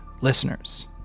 listeners